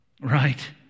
Right